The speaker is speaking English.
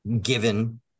given